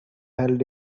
held